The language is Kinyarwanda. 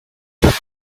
gatatu